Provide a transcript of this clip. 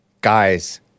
Guys